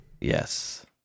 Yes